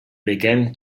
began